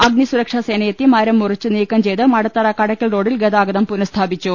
അഗ്നിസുരക്ഷാസേ നയെത്തി മരം മുറിച്ച് നീക്കംചെയ്ത് മടത്തറ കടയ്ക്കൽ റോഡിൽ ഗതാഗതം പുനഃസ്ഥാപിച്ചു